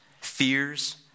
fears